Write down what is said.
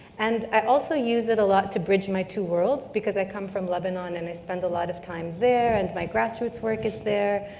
and i also use it a lot to bridge my two worlds, because i come from lebanon and i spend a lot of time there and my grassroots work is there.